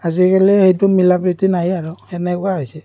আজিকালি সেইটো মিলা প্ৰীতি নাই আৰু সেনেকুৱা হৈছে